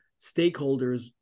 stakeholders